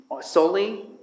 solely